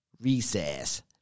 recess